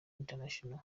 international